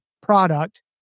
product